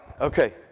Okay